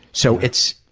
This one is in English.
so, it's,